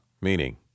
Meaning